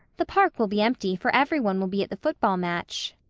the park will be empty, for every one will be at the football match.